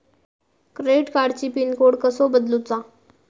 Credit कार्डची pin code कसो बदलुचा?